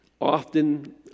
often